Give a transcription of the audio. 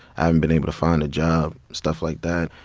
i haven't been able to find a job, stuff like that.